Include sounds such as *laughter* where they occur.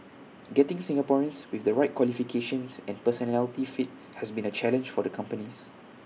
*noise* getting Singaporeans with the right qualifications and personality fit has been A challenge for the companies